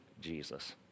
Jesus